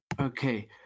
Okay